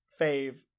fave